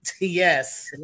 yes